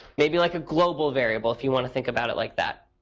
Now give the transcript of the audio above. maybe like a global variable, if you want to think about it like that.